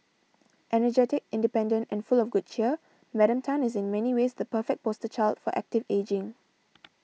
energetic independent and full of good cheer Madam Tan is in many ways the perfect poster child for active ageing